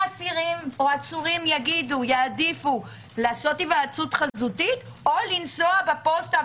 העצירים והאסורים יעדיפו היוועצות חזותית או לנסוע בפוסטה,